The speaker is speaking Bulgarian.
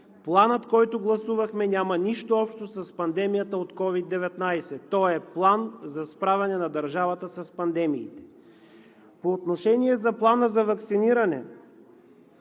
Планът, който гласувахме, няма нищо общо с пандемията от COVID-19. Той е план за справяне на държавата с пандемиите. По отношение на плана за ваксиниране.